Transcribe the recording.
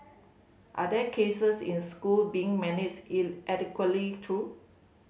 are there cases in school being managed in adequately though